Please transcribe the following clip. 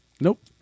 Nope